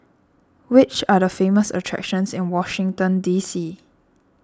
which are the famous attractions in Washington D C